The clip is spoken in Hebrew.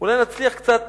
אולי נצליח קצת